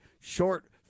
short